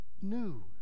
new